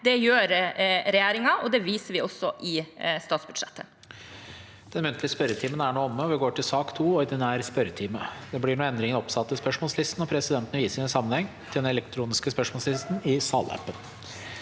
Det gjør regjeringen, og det viser vi også i statsbudsjettet.